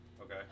Okay